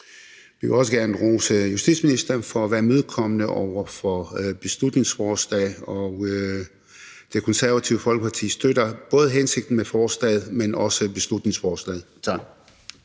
Vi vil også gerne rose justitsministeren for at være imødekommende over for beslutningsforslaget. Det Konservative Folkeparti støtter både hensigten med forslaget, men også beslutningsforslaget. Tak.